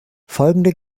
folgende